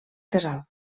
casal